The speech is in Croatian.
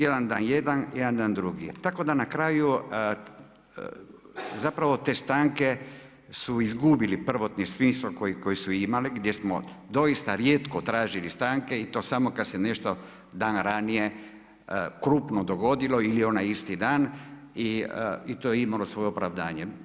Jedan dan jedan, jedan dan drugi tako da na kraju zapravo te stanke izgubile prvotni smisao koje su imale gdje smo doista rijetko tražili stanke i to samo kada se nešto dan ranije krupno dogodilo ili onaj isti dan i to je imalo svoje opravdanje.